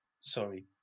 Sorry